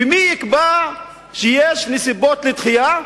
ומי יקבע שיש נסיבות לדחייה?